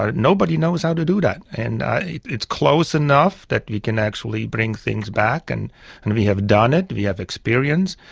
ah nobody knows how to do that, and it's close enough that we can actually bring things back, and and we have done it, we have experience.